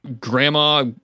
grandma